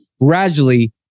gradually